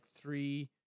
three